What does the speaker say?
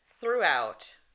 throughout